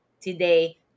today